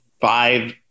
five